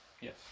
Yes